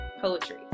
poetry